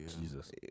Jesus